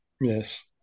Yes